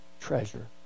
treasure